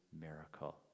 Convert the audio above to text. miracle